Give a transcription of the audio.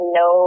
no